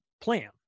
plan